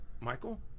Michael